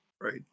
Right